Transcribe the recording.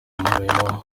murimo